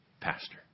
pastor